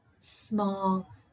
small